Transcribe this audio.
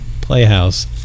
Playhouse